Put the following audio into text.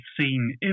seen